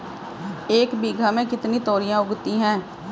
एक बीघा में कितनी तोरियां उगती हैं?